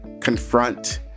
confront